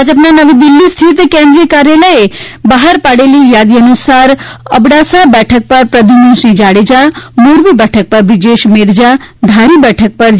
ભાજપના નવી દિલ્હી સ્થિત કેન્દ્રીય કાર્યાલયે આજે બહાર પાડેલી યાદી અનુસાર અબડાસા બેઠક પર પ્રદ્ધુમનસિંહ જાડેજા મોરબી બેઠક પર બ્રિજેશ મેરજા ધારી બેઠક પર જે